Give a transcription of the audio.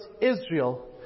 Israel